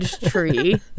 tree